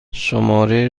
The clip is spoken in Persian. شماره